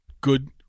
good